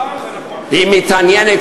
היא מתעניינת,